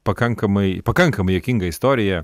pakankamai pakankamai juokingą istoriją